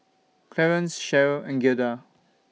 Clearence Cherryl and Giada